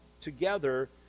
together